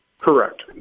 Correct